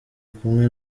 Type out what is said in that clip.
kumwe